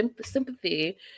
sympathy